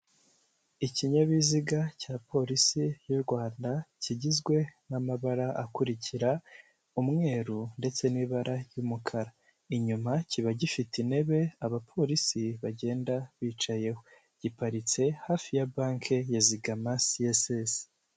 Ikinyabiziga cya polisi y'u Rwanda kigizwe n'amabara akurikira: umweru ndetse n'ibara ry'umukara. Inyuma kiba gifite intebe abapolisi bagenda bicayeho. Giparitse hafi ya banki ya zigama siyesesi.